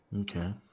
Okay